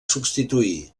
substituir